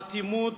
אטימות,